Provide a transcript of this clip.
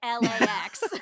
lax